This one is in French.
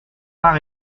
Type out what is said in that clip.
pas